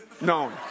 known